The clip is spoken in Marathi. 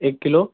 एक किलो